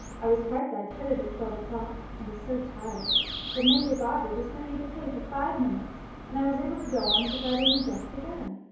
i was quite lightheaded at twelve o'clock, i was so tired but major barbara just sent me to pray for five minutes and i was able to go on as if i had only just begun.